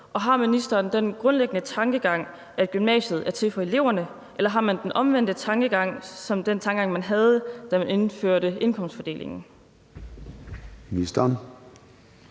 Og har ministeren den grundlæggende tankegang, at gymnasiet er til eleverne, eller har man den omvendte tankegang, altså den samme tankegang, som man havde, da man indførte indkomstfordelingen? Kl.